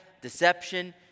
deception